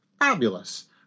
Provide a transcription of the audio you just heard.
fabulous